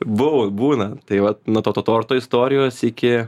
buvo būna tai va nuo to to torto istorijos iki